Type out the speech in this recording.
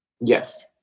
Yes